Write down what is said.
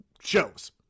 shows